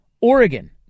Oregon